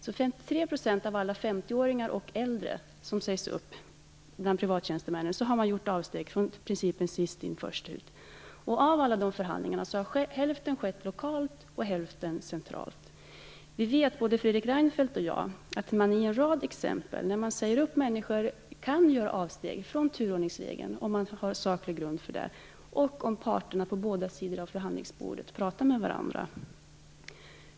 I 53 % av uppsägningarna av alla privattjänstemän som är 50 år eller äldre har man gjort avsteg från principen sist-in-först-ut. Av alla de förhandlingarna har hälften skett lokalt och hälften centralt. Vi vet, både Fredrik Reinfeldt och jag, att man när man säger upp människor i en rad fall kan göra avsteg från turordningsregeln om man har saklig grund för det och om parterna på båda sidor av förhandlingsbordet pratar med varandra.